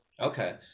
Okay